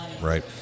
Right